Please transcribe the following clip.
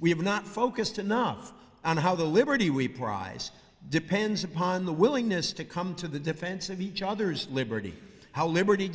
we have not focused enough on how the liberty we prize depends upon the willingness to come to the defense of each other's liberty how liberty